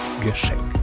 Geschenk